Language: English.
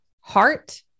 heart